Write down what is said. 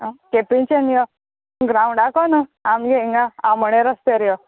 आं केपेच्यान यो ग्रावंडा को ना आमगे हिंगा आमोणे रस्त्यार यो